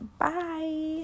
bye